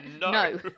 No